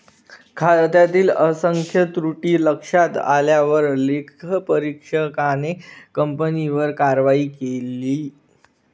खात्यातील असंख्य त्रुटी लक्षात आल्यावर लेखापरीक्षकाने कंपनीवर कारवाई केली